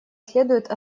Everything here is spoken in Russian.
следует